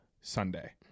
sunday